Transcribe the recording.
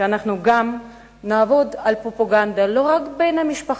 שאנחנו נעבוד על פרופגנדה לא רק במשפחה,